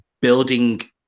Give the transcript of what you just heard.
building